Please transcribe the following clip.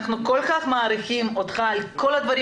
אנחנו כל כך מעריכים אותך על כל הדברים